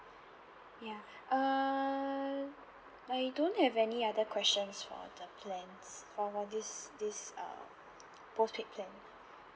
ya err I don't have any other questions for the plans for this this uh postpaid plan